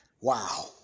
Wow